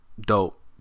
dope